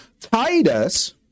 Titus